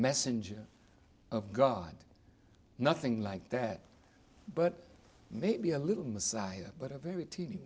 messenger of god nothing like that but maybe a little messiah but a very te